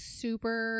super